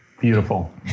beautiful